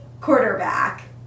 quarterback